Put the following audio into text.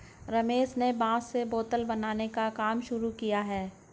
रमेश ने बांस से बोतल बनाने का काम शुरू किया है